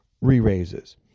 re-raises